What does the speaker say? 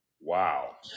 wow